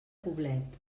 poblet